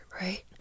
right